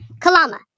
Kalama